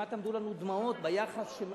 כמעט עמדו לנו דמעות ביחס שלו